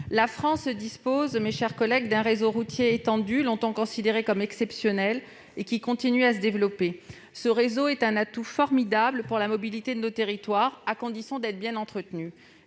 La France dispose d'un réseau routier étendu, longtemps considéré comme exceptionnel, et qui continue de se développer. Ce réseau est un atout formidable pour la mobilité dans nos territoires, à condition d'être bien entretenu.